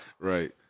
Right